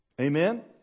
Amen